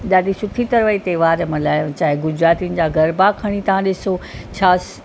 ॾाढी सुठी तरह ई त्योहार मल्हायूं चाहे गुजरातियुनि जा गरबा खणी तव्हां ॾिसो छा